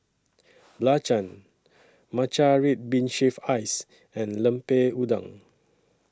Belacan Matcha Red Bean Shaved Ice and Lemper Udang